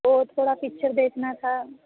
वह थोड़ा पिक्चर देखना था